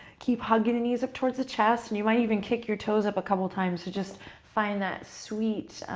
keep hugging the knees up towards the chest. and you might even kick your toes up a couple of times. so just find that sweet